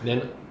then